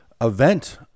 event